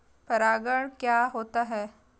परागण क्या होता है?